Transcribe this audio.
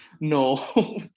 No